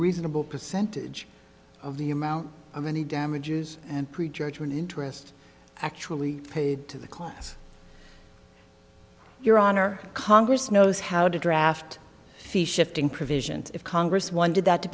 reasonable percentage of the amount of any damages and prejudgment interest actually paid to the club your honor congress knows how to draft the shifting provisions of congress wanted that to